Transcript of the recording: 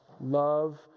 love